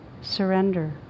surrender